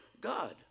God